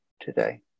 today